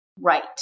right